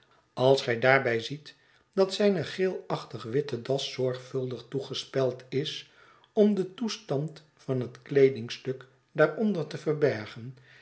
als gij daarbij ziet dat zijne geelachtig witte das zorgvuldig toegespeld is om den toestand van het kleedingstuk daaronder te verbergen